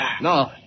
No